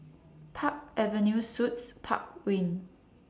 Park Avenue Suites Park Wing